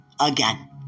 again